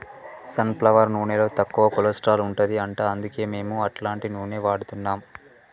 sun flower నూనెలో తక్కువ cholesterol ఉంటది అంట అందుకే మేము అట్లాంటి నూనెలు వాడుతున్నాం